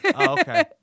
Okay